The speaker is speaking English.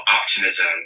optimism